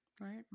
right